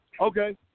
Okay